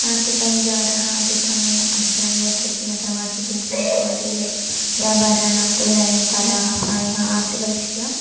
आर्थिकविचारः अपि प्रायः अभिप्रायान्त्रिकं अथवा चिकित्सा इत्यादि वे व्यापाराणां तुलने कलाः प्रायः आर्थिकदृष्ट्या